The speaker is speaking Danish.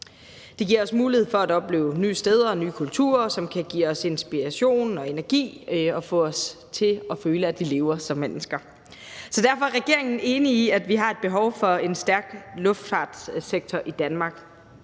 Det giver os mulighed for at opleve nye steder og nye kulturer, som kan give os inspiration og energi og få os til at føle, at vi lever som mennesker. Derfor er regeringen enig i, at vi har et behov for en stærk luftfartssektor i Danmark,